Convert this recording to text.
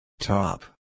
Top